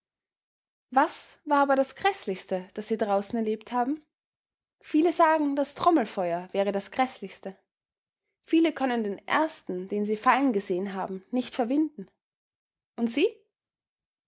was war aber das gräßlichste das sie draußen erlebt haben viele sagen das trommelfeuer wäre das gräßlichste viele können den ersten den sie fallen gesehen haben nicht verwinden und sie